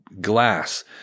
glass